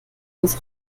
uns